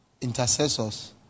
Intercessors